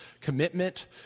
commitment